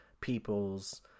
peoples